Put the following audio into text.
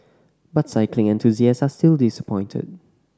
but cycling enthusiasts are still disappointed